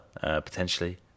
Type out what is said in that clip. potentially